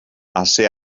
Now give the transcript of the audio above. ase